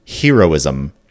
heroism